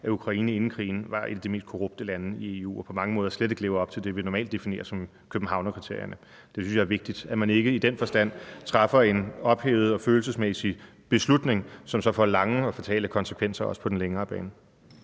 at Ukraine inden krigen var et af de mest korrupte lande i Europa og på mange måder slet ikke lever op til det, vi normalt definerer som Københavnerkriterierne. Det synes jeg er vigtigt i den forstand, at man ikke træffer en ophedet og følelsesmæssig beslutning, som så får vidtrækkende og fatale konsekvenser – også på den længere bane.